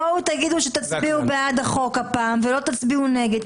בואו תגידו שתצביעו בעד החוק הפעם ולא תצביעו נגד,